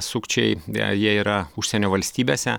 sukčiai jie yra užsienio valstybėse